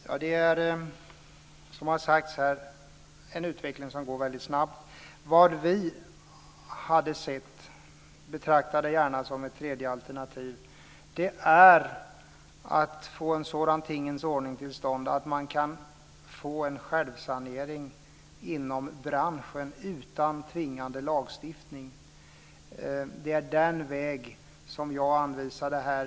Fru talman! Det är, som har sagts här, en utveckling som går väldigt snabbt. Det vi helst hade sett, betrakta det gärna som ett tredje alternativ, hade varit att få en sådan tingens ordning till stånd att man kunde få en självsanering inom branschen utan tvingande lagstiftning. Det var den vägen som jag anvisade här.